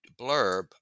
blurb